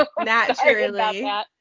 naturally